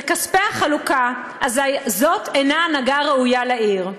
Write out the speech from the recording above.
אל כספי החלוקה, אזי, זאת אינה הנהגה ראויה לעיר.